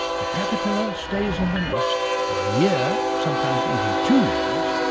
the caterpillar stays in the nest for a year, sometimes even two years,